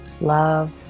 love